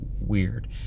weird